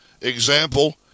Example